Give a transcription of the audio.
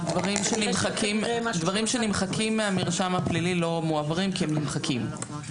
דברים שנמחקים מהמרשם הפלילי לא מועברים כי הם נמחקים.